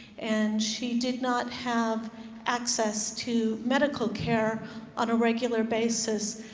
and she did not have access to medical care on a regular basis,